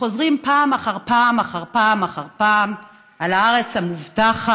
שחוזרים פעם אחר פעם אחר פעם אחר פעם על הארץ המובטחת,